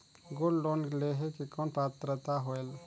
Gold loan लेहे के कौन पात्रता होएल?